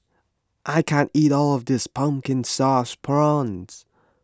I can't eat all of this Pumpkin Sauce Prawns